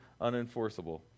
unenforceable